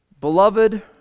beloved